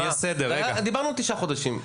דיברנו על תשעה חודשים.